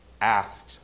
asked